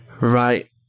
right